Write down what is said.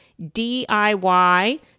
DIY